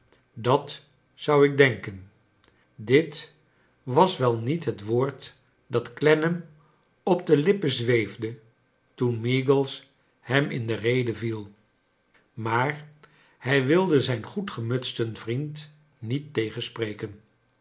dat zou ik denken dit was wel niet het woord dat clennam op de lippen zweefde toen meagles hem in de rede viel maar hij wilde zijn goedgemutsten vriend niet tegenspreken